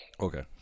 Okay